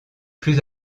plus